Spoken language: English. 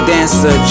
Dancer